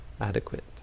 adequate